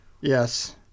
Yes